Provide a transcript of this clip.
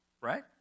right